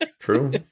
True